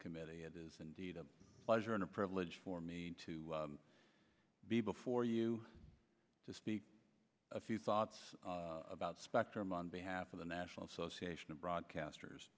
committee it is indeed a pleasure and a privilege for me to be before you to speak a few thoughts about spectrum on behalf of the national association of broadcasters